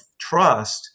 trust